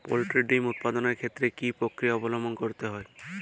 Poultry ডিম উৎপাদনের ক্ষেত্রে কি পক্রিয়া অবলম্বন করতে হয়?